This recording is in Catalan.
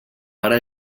ara